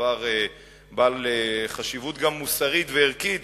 כדבר בעל חשיבות גם מוסרית וערכית.